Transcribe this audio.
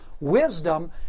wisdom